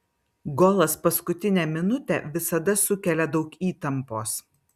golas paskutinę minutę visada sukelia daug įtampos